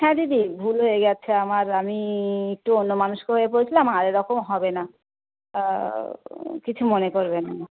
হ্যাঁ দিদি ভুল হয়ে গেছে আমার আমি একটু অন্য মানস্ক হয়ে পড়েছিলাম আর এরকম হবে না কিছু মনে করবেন না